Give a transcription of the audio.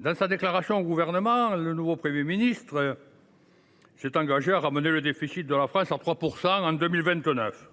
Dans sa déclaration de politique générale, le nouveau Premier ministre s’est engagé à ramener le déficit de la France à 3 % en… 2029.